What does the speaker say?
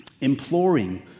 imploring